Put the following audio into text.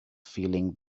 feeling